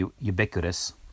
ubiquitous